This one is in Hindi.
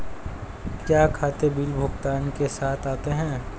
क्या खाते बिल भुगतान के साथ आते हैं?